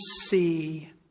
see